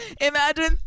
Imagine